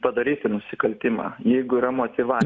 padaryti nusikaltimą jeigu yra motyva